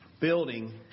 building